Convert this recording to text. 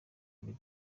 ari